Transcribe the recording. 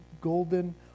golden